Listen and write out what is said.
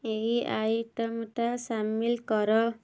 ଏଇ ଆଇଟମ୍ଟା ସାମିଲ କର